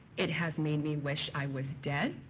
it has made me wish i was dead,